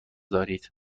دارید